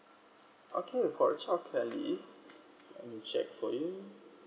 okay for a childcare leave let me check for you